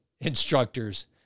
instructors